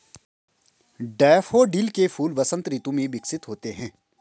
daffodil के फूल वसंत ऋतु में विकसित होते हैं